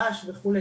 רעש וכו'.